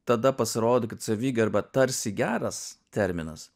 tada pasirodo kad savigarba tarsi geras terminas